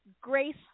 Grace